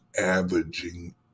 averaging